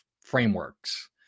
frameworks